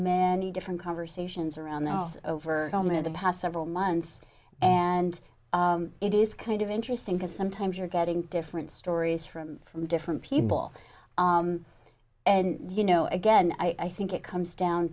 many different conversations around the house over so many of the past several months and it is kind of interesting because sometimes you're getting different stories from from different people and you know again i think it comes down